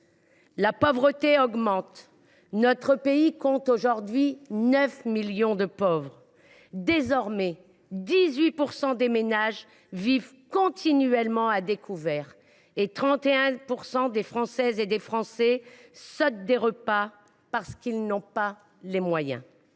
La pauvreté augmente : notre pays compte aujourd’hui 9 millions de pauvres. Désormais, 18 % des ménages vivent continuellement à découvert, et 31 % des Françaises et des Français sautent des repas, parce qu’ils n’ont pas les moyens